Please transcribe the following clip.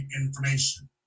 information